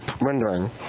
rendering